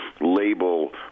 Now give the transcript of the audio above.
label